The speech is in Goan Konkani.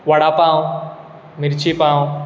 वडा पाव मिर्ची पाव